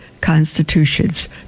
constitutions